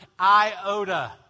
iota